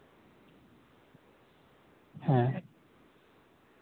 ᱦᱮᱸ